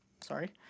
Sorry